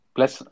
Plus